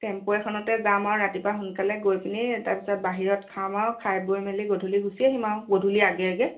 tempo এখনতে যাম আৰু ৰাতিপুৱা সোনকালে গৈ পিনি তাৰ পিছত বাহিৰত খাম আৰু খাই বৈ মেলি গধূলি গুচি আহিম আৰু গধূলিৰ আগে আগে